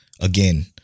again